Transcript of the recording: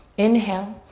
inhale.